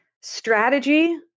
strategy